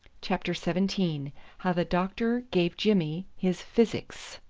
chapter one how the doctor gave jimmy his physics.